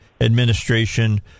administration